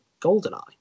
Goldeneye